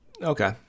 Okay